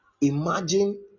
imagine